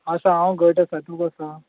आसा हांव घट आसा तूं कसो हा